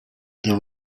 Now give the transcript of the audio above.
there